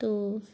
تو